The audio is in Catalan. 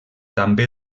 també